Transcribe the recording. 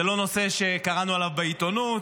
זה לא נושא שקראנו עליו בעיתונות,